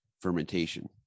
fermentation